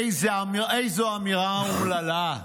איזו אמירה אומללה.